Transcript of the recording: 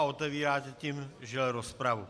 Otevíráte tím, žel, rozpravu.